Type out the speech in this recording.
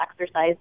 exercise